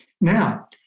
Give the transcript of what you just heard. Now